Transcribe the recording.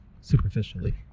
superficially